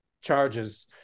charges